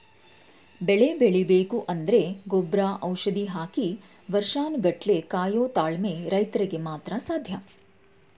ಬೆಳೆ ಬೆಳಿಬೇಕು ಅಂದ್ರೆ ಗೊಬ್ರ ಔಷಧಿ ಹಾಕಿ ವರ್ಷನ್ ಗಟ್ಲೆ ಕಾಯೋ ತಾಳ್ಮೆ ರೈತ್ರುಗ್ ಮಾತ್ರ ಸಾಧ್ಯ